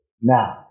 now